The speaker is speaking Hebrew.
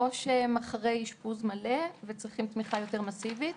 או שהם אחרי אשפוז מלא וצריכים תמיכה יותר מאסיבית.